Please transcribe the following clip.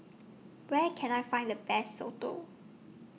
Where Can I Find The Best Soto